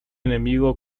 enemigo